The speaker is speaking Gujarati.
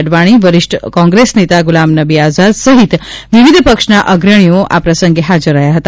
અડવાણી વરિષ્ઠ કોંગ્રેસ નેતા ગુલામનબી આઝાદ સહિત વિવિધ પક્ષના અગ્રણીઓ આ પ્રસંગે હાજર રહ્યા હતા